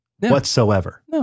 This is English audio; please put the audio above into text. whatsoever